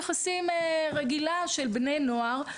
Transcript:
יחסים רגילה של בני נוער,